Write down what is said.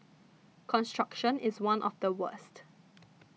construction is one of the worst